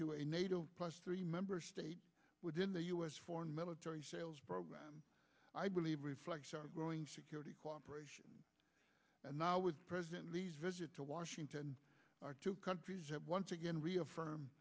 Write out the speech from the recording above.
to a nato plus three member state within the us foreign military sales program i believe reflects our growing security cooperation and now with president visit to washington our two countries have once again reaffirm